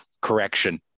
correction